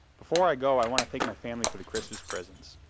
before i go, i want to thank my family for the christmas presents.